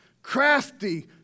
crafty